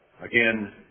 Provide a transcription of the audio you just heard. again